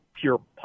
pure